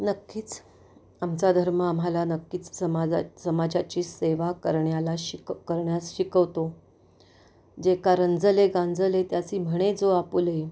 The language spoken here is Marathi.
नक्कीच आमचा धर्म आम्हाला नक्कीच समाजा समाजाची सेवा करण्याला शिक करण्यास शिकवतो जे का रंजले गांजले त्यासी म्हणे जो आपुले